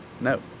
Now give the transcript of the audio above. No